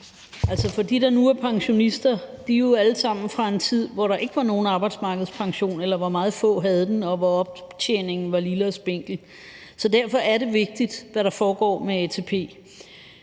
(EL): Dem, der nu er pensionister, er jo alle sammen fra en tid, hvor der ikke var nogen arbejdsmarkedspension, eller hvor meget få havde den, og hvor optjeningen var lille og spinkel. Derfor er det vigtigt, hvad der foregår med ATP.